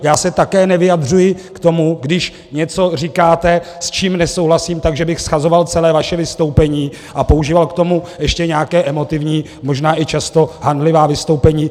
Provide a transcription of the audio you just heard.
Já se také nevyjadřuji k tomu, když něco říkáte, s čím nesouhlasím, tak, že bych shazoval celé vaše vystoupení a používal k tomu ještě nějaké emotivní, možná i často hanlivá vystoupení.